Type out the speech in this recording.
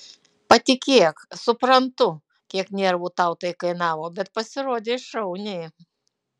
patikėk suprantu kiek nervų tau tai kainavo bet pasirodei šauniai